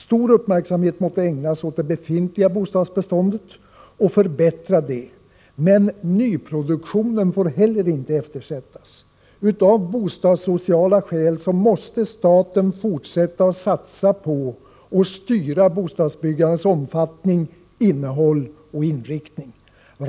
Stor uppmärksamhet måste ägnas åt det befintliga bostadsbeståndet och förbättra detta, men nyproduktionen får inte heller eftersättas. Av bostadssociala skäl måste staten fortsätta att satsa på och styra bostadsbyggandets omfattning, innehåll och inriktning.